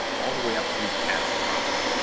all the way up to catastrophic.